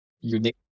unique